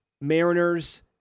Mariners